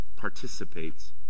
participates